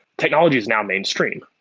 technology is now main stream.